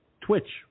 Twitch